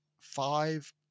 five